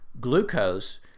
glucose